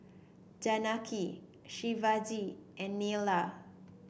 Janaki Shivaji and Neila